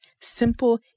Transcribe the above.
Simple